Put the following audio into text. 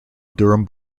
durham